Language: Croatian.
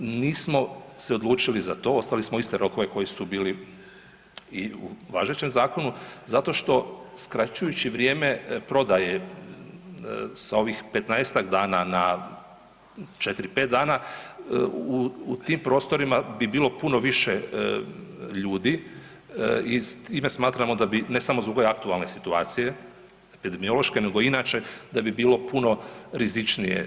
Nismo se odlučili za to, ostavili smo iste rokove koji su bili i u važećem zakonu zato što skraćujući vrijeme prodaje s ovih 15-ak dana na četiri, pet dana u tim prostorima bi bilo puno više ljudi i time smatramo da bi, ne samo zbog ove aktualne situacije epidemiološke nego inače, da bi bilo puno rizičnije.